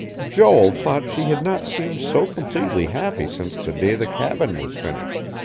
joel thought she had not seemed so completely happy since the day the cabin was finished.